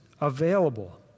available